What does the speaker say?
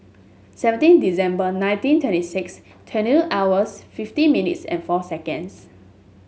seventeen December nineteen twenty six twenty hours fifteen minutes and four seconds